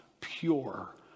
pure